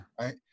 Right